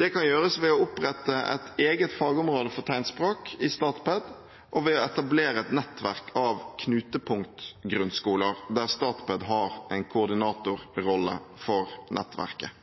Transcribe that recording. Det kan gjøres ved å opprette et eget fagområde for tegnspråk i Statped og ved å etablere et nettverk av knutepunkt-grunnskoler der Statped har en koordinatorrolle for nettverket.